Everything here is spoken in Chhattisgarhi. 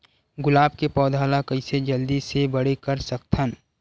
गुलाब के पौधा ल कइसे जल्दी से बड़े कर सकथन?